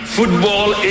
football